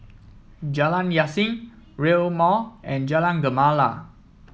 Jalan Yasin Rail Mall and Jalan Gemala